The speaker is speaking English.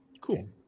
cool